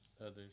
others